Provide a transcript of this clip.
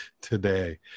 today